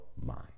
mind